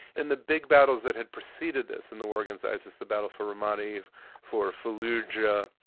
and the big battles that had proceeded this in the war against isis, the battle for ramani for fallujah,